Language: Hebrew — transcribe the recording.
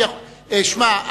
שמע,